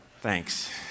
thanks